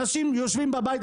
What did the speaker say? אנשים יושבים בבית,